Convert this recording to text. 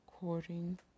According